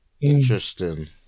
Interesting